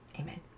amen